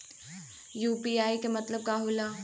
UPI के मतलब का होला?